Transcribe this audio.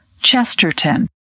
Chesterton